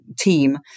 team